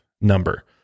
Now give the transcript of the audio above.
number